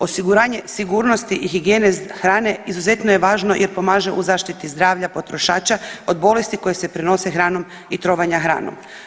Osiguranje sigurnosti i higijene hrane izuzetno je važno je pomaže u zaštiti zdravlja potrošača od bolesti koje se prenose hranom i trovanja hranom.